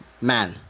Man